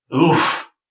Oof